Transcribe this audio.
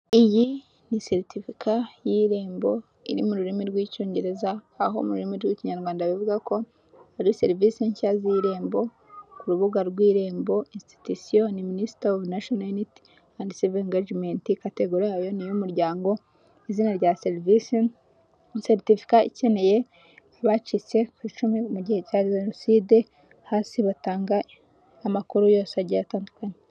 Iyi ni seritifika y'irembo; iri mu rurimi rw'icyongereza aho murimi rw'Ikinyarwanda bivuga ko ari serivisi nshya z'irembo ku rubuga rw'irembo. Instution ni minisita ovu nashino yuniti andi sivo ingajimenti, kategori yayo ni iy'umuryango. Izina rya serivisi ni seritifika ikeneye abacitse ku icumu mu gihe cya Jenoside, hasi batanga amakuru yose atandukanye.